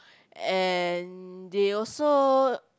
and they also